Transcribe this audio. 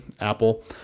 Apple